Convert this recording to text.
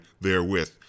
therewith